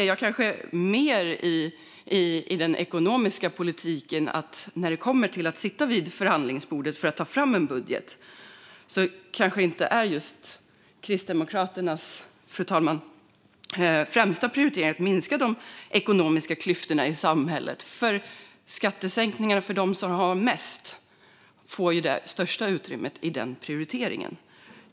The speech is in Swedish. Jag ser mer i den ekonomiska politiken att när det gäller att sätta sig vid förhandlingsbordet för att ta fram en budget är det kanske inte just Kristdemokraternas främsta prioritering att minska de ekonomiska klyftorna i samhället. Skattesänkningar för dem som har mest får det största utrymmet i den prioriteringen.